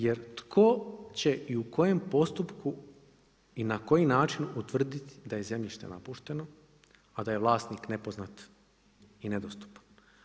Jer tko će i u kojem postupku i na koji način utvrditi da je zemljište napušteno, a da je vlasnik nepoznat i nedostupan.